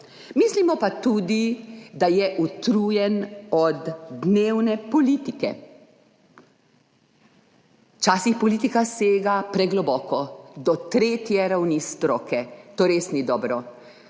Mislimo pa tudi, da je utrujen od dnevne politike. Včasih politika sega pregloboko do tretje ravni stroke. To res ni dobro